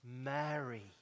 Mary